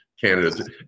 candidates